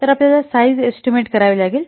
तर आपल्याला size estimate करावी लागेल